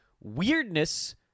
weirdness